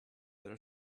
there